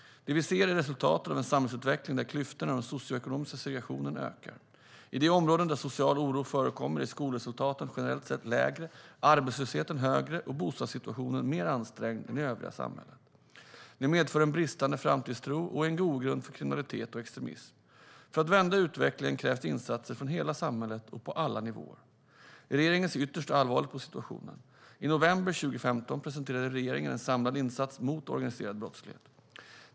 Det vi ser är resultatet av en samhällsutveckling där klyftorna och den socioekonomiska segregationen ökar. I de områden där social oro förekommer är skolresultaten generellt sett lägre, arbetslösheten högre och bostadssituationen mer ansträngd än i övriga samhället. Det medför en bristande framtidstro och är en grogrund för kriminalitet och extremism. För att vända utvecklingen krävs det insatser från hela samhället och på alla nivåer. Regeringen ser ytterst allvarligt på situationen. I november 2015 presenterade regeringen en samlad insats mot organiserad brottslighet.